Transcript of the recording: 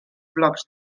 blocs